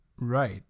Right